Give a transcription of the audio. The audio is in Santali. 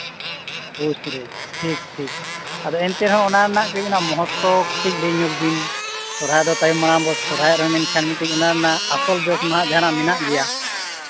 ᱯᱩᱥ ᱨᱮ ᱴᱷᱤᱠ ᱴᱷᱤᱠ ᱟᱫᱚ ᱮᱱᱛᱮ ᱨᱮ ᱦᱚᱸ ᱚᱱᱟ ᱨᱮᱱᱟᱜ ᱠᱟᱹᱡ ᱢᱚᱦᱚᱛᱛᱚ ᱠᱟᱹᱡ ᱞᱟᱹᱭ ᱧᱚᱜ ᱵᱤᱱ ᱥᱚᱨᱦᱟᱭ ᱫᱚ ᱛᱟᱭᱚᱢ ᱢᱟᱲᱟᱝ ᱵᱚᱱ ᱥᱚᱨᱦᱟᱭᱚᱜ ᱢᱮᱱᱠᱷᱟᱱ ᱢᱤᱫᱴᱤᱡ ᱚᱱᱟ ᱨᱮᱱᱟᱜ ᱟᱥᱚᱞ ᱡᱚᱥᱢᱟ ᱡᱟᱦᱟᱱᱟᱜ ᱢᱮᱱᱟᱜ ᱜᱮᱭᱟ